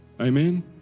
Amen